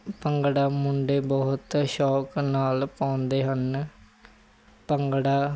ਭੰਗੜਾ ਮੁੰਡੇ ਬਹੁਤ ਸ਼ੌਂਕ ਨਾਲ ਪਾਉਂਦੇ ਹਨ ਭੰਗੜਾ